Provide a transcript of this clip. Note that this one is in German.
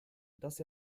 dass